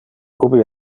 ubi